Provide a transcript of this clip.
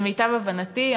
למיטב הבנתי,